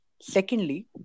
Secondly